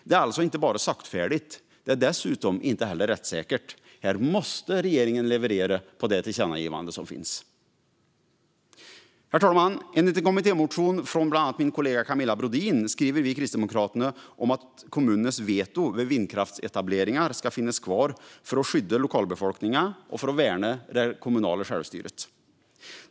Det är alltså inte bara saktfärdigt; det är dessutom inte rättssäkert. Här måste regeringen leverera på det tillkännagivande som finns. Herr talman! I en kommittémotion från bland annat min kollega Camilla Brodin skriver vi i Kristdemokraterna att kommunernas veto vid vindkraftsetableringar ska finnas kvar för att skydda lokalbefolkningen och värna det kommunala självstyret.